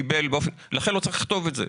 לכן לא צריך לכתוב את זה.